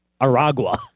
Aragua